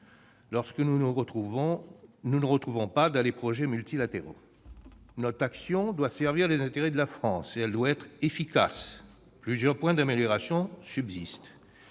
lorsque nous ne nous retrouvons pas dans les projets multilatéraux. Notre action doit servir les intérêts de la France ; elle doit être efficace. À cet égard, plusieurs points d'amélioration subsistent.